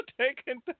taken